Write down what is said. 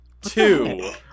Two